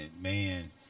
man